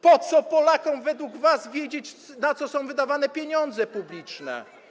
Po co Polakom według was wiedzieć, na co są wydawane pieniądze publiczne?